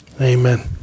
Amen